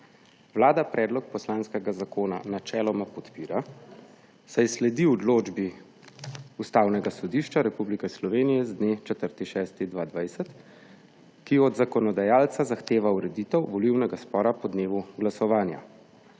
Vlada predlog poslanskega zakona načeloma podpira, saj sledi odločbi Ustavnega sodišča Republike Slovenije z dne 4. 6. 2020, ki od zakonodajalca zahteva ureditev volilnega spora po dnevu glasovanja.